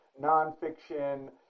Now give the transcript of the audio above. nonfiction